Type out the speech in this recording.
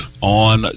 on